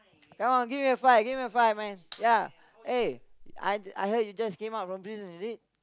come on give me a five give me a five man ya eh I I heard you just came out from prison is it